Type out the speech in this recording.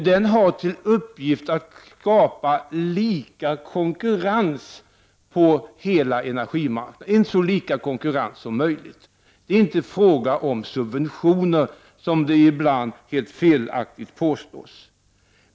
Den har till uppgift att skapa rättvis konkurrens på hela energimarknaden, så rättvis konkurrens som det är möjligt att skapa. Det är inte fråga om subventioner, vilket ibland felaktigt påstås.